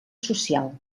social